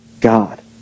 God